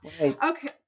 Okay